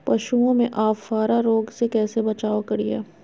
पशुओं में अफारा रोग से कैसे बचाव करिये?